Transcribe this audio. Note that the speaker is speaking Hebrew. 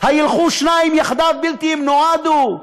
הילכו שניים יחדיו בלתי אם נועדו?